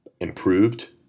improved